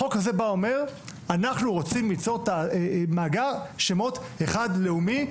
החוק הזה בא לומר שאנחנו רוצים ליצור מאגר שמות אחד לאומי,